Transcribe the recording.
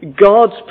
God's